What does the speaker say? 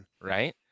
right